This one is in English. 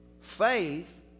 Faith